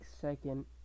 second